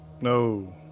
No